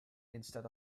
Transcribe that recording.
instead